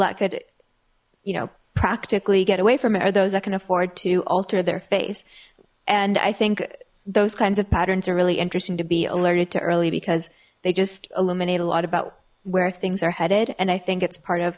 that could you know practically get away from it are those that can afford to alter their face and i think those kinds of patterns are really interesting to be alerted to early because they just illuminate a lot about where things are headed and i think it's part of